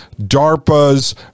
DARPA's